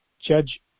judge